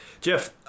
Jeff